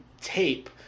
tape